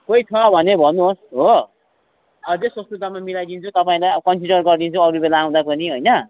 कोही छ भने भन्नुहोस् हो अझै सस्तो दाममा मिलाइदिन्छु तपाईँलाई अब कन्सिडर गरिदिन्छु अरू बेला आउँदा पनि होइन